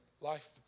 life